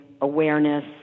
awareness